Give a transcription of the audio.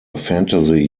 fantasy